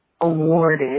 awarded